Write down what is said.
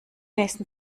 nächsten